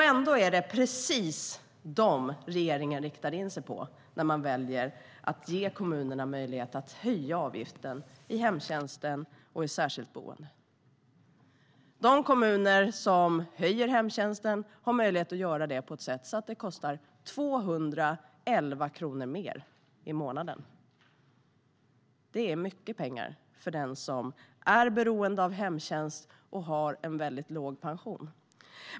Ändå är det precis dem som regeringen riktar in sig på när man väljer att ge kommunerna möjlighet att höja avgiften i hemtjänsten och i särskilt boende. De kommuner som höjer avgiften för hemtjänst har möjlighet att göra det på ett sätt som gör att det kostar 211 kronor mer i månaden. Det är mycket pengar för den som är beroende av hemtjänst och som har en väldigt låg pension.